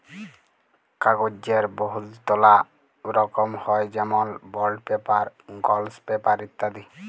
কাগ্যজের বহুতলা রকম হ্যয় যেমল বল্ড পেপার, গলস পেপার ইত্যাদি